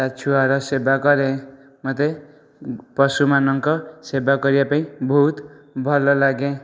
ତା ଛୁଆର ସେବା କରେ ମୋତେ ପଶୁମାନଙ୍କ ସେବା କରିବା ପାଇଁ ବହୁତ ଭଲ ଲାଗେ